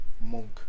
monk